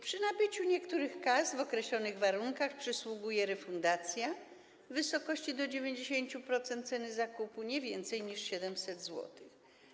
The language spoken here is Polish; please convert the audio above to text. Przy nabyciu niektórych kas w określonych warunkach przysługuje refundacja w wysokości do 90% ceny zakupu, nie więcej niż 700 zł.